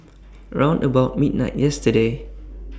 round about midnight yesterday